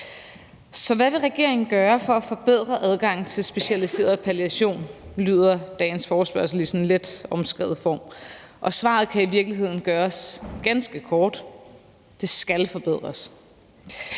Så hvad vil regeringen gøre for at forbedre adgangen til specialiseret palliation? Sådan lyder dagens forespørgsel i sådan en lidt omskrevet form, og svaret kan i virkeligheden gøres ganske kort, altså at den skal forbedres.